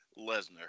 Lesnar